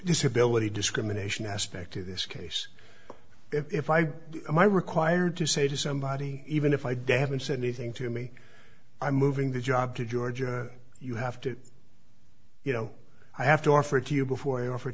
disability discrimination aspect of this case if i am i required to say to somebody even if i dad said anything to me i'm moving the job to georgia you have to you know i have to offer to you before i offer